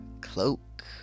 cloak